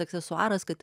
aksesuaras kad